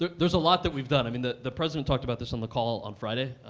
there's a lot that we've done. i mean, the the president talked about this on the call on friday,